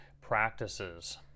practices